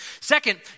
second